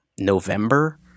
November